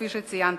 כפי שציינתי,